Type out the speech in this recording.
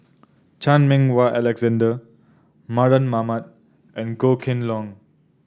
Chan Meng Wah Alexander Mardan Mamat and Goh Kheng Long